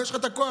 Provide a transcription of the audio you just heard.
ויש לך את הכוח,